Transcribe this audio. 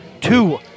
two